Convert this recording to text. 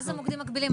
מה זה מוקדים מקבילים?